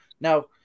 now